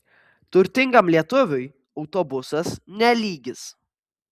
turtingam lietuviui autobusas ne lygis